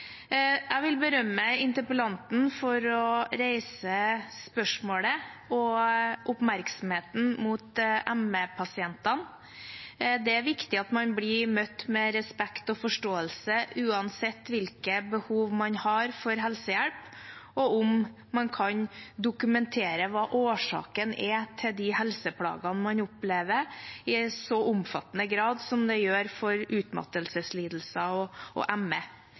Jeg vil berømme interpellanten for å reise spørsmålet og oppmerksomheten mot ME-pasientene. Det er viktig at man blir møtt med respekt og forståelse uansett hvilke behov man har for helsehjelp, og om man kan dokumentere hva årsaken er til de helseplagene man opplever i en så omfattende grad som det gjør for utmattelseslidelser og ME. Det er viktig at vi fortsetter kunnskapsutviklingen, og